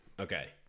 Okay